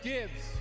Gibbs